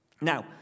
Now